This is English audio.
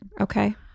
Okay